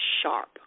Sharp